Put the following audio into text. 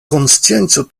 konscienco